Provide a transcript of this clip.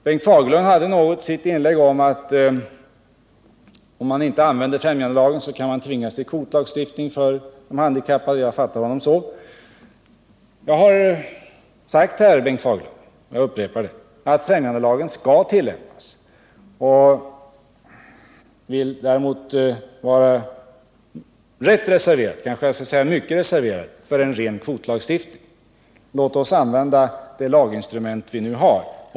Bengt Fagerlund hade något i sitt inlägg om att man, om man inte använder främjandelagen, kan tvingas till kvotlagstiftning för de handikappade. Jag fattade honom så. Jag har sagt här, Bengt Fagerlund, och jag upprepar det, att främjandelagen skall tillämpas. Däremot är jag mycket reserverad mot en ren kvotlagstiftning. Låt oss använda det laginstrument som vi nu har.